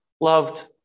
loved